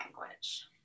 language